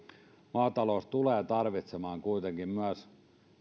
maatalous tulee tarvitsemaan kuitenkin myös